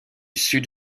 sud